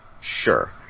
Sure